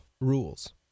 rules